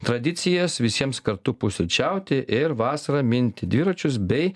tradicijas visiems kartu pusryčiauti ir vasarą minti dviračius bei